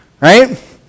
Right